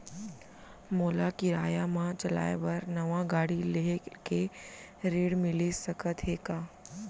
मोला किराया मा चलाए बर नवा गाड़ी लेहे के ऋण मिलिस सकत हे का?